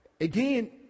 again